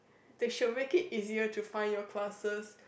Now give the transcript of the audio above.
they should be make it easier to find your classes